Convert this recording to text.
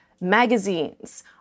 magazines